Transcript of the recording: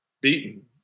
beaten